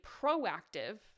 proactive